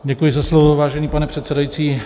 Děkuji za slovo, vážený pane předsedající.